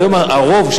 היום הרוב,